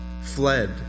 fled